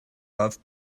love